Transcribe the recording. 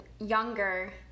younger